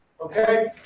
Okay